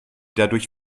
dadurch